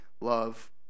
love